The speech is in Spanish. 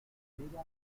diga